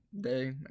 day